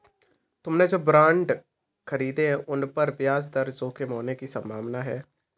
तुमने जो बॉन्ड खरीदे हैं, उन पर ब्याज दर जोखिम होने की संभावना है